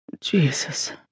Jesus